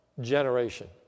generation